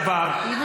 מאוד.